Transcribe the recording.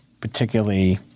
particularly